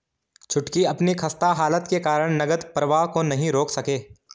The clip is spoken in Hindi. छुटकी अपनी खस्ता हालत के कारण नगद प्रवाह को नहीं रोक सके